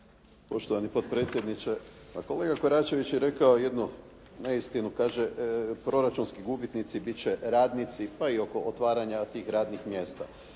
Poštovani potpredsjedniče, kolega Koračević je rekao jednu neistinu. Kaže proračunski gubitnici bit će radnici pa i oko otvaranja tih radnih mjesta.